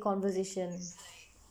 conversations